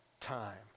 time